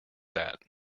that